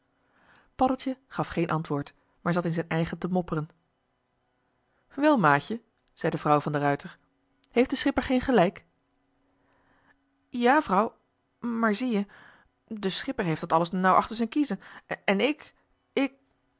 paddeltje gaf geen antwoord maar zat in z'n eigen te mopperen wel maatje zei de vrouw van de ruijter heeft de schipper geen gelijk ja vrouw maar zie-je de schipper heeft dat alles nou achter zijn kiezen en ik ik